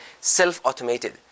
self-automated